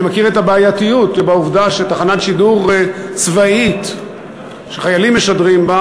אני מכיר את הבעייתיות שבעובדה שתחנת שידור צבאית שחיילים משדרים בה